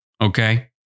okay